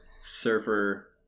surfer